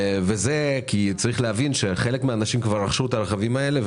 כי חלק מהאנשים כבר רכשו את הרכבים האלה,